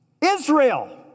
Israel